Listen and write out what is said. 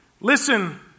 Listen